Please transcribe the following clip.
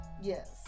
Yes